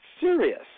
serious